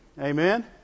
Amen